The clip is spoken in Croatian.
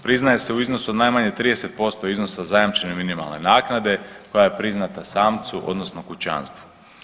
Priznaje se u iznosu od najmanje 30% iznosa zajamčene minimalne naknade koja je priznata samcu, odnosno kućanstvu.